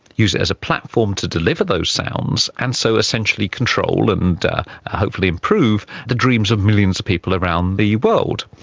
use it as a platform to deliver those sounds, and so essentially control and and hopefully improve the dreams of millions of people around the world.